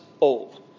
old